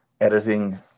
editing